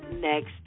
Next